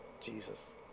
Jesus